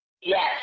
Yes